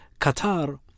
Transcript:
Qatar